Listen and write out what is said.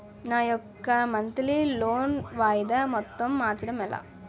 నా యెక్క monthly loan వాయిదా మొత్తం మార్చడం ఎలా?